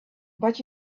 but